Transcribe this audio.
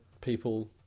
people